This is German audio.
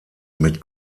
mit